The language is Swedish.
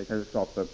Det kan skapa